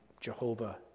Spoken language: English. Jehovah